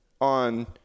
on